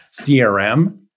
CRM